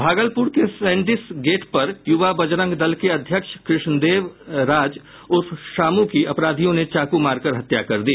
भागलपुर के Sandys gate पर युवा बजरंग दल के अध्यक्ष कृष्ण देव राज उर्फ शामु की अपराधियों ने चाकू मारकर हत्या कर दी